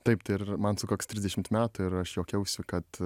taip tai ir man sukaks trisdešimt metų ir aš juokiausi kad